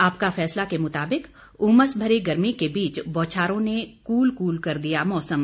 आपका फैसला के मुताबिक उमस भरी गर्मी के बीच बौछारों ने कूल कूल कर दिया मौसम